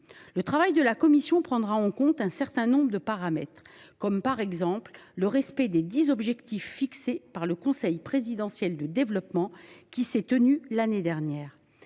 Le travail de la commission prendra en compte un certain nombre de paramètres, comme le respect des dix objectifs fixés par le Conseil présidentiel du développement, qui s’est tenu l’année dernière.